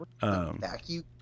Vacuum